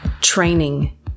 training